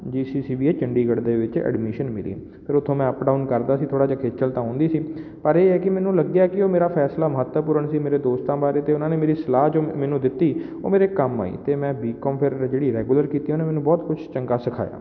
ਜੀ C C V A Chandigarh ਦੇ ਵਿੱਚ ਐਡਮਿਸ਼ਨ ਮਿਲੀ ਫਿਰ ਉੱਥੋਂ ਮੈਂ ਅੱਪ ਡਾਊਨ ਕਰਦਾ ਸੀ ਥੋੜ੍ਹਾ ਜਿਹਾ ਖੇਚਲ ਤਾਂ ਹੁੰਦੀ ਸੀ ਪਰ ਇਹ ਹੈ ਕਿ ਮੈਨੂੰ ਲੱਗਿਆ ਕਿ ਉਹ ਮੇਰਾ ਫ਼ੈਸਲਾ ਮਹੱਤਵਪੂਰਨ ਸੀ ਮੇਰੇ ਦੋਸਤਾਂ ਬਾਰੇ ਅਤੇ ਉਹਨਾਂ ਨੇ ਮੇਰੀ ਸਲਾਹ ਜੋ ਮ ਮੈਨੂੰ ਦਿੱਤੀ ਉਹ ਮੇਰੇ ਕੰਮ ਆਈ ਅਤੇ ਮੈਂ ਬੀ ਕੌਮ ਫਿਰ ਜਿਹੜੀ ਰੈਗੂਲਰ ਕੀਤੀ ਉਹਨੇ ਮੈਨੂੰ ਬਹੁਤ ਕੁਝ ਚੰਗਾ ਸਿਖਾਇਆ